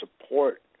support